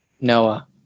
Noah